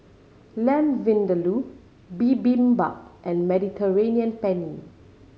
Lamb Vindaloo Bibimbap and Mediterranean Penne